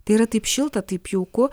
tai yra taip šilta taip jauku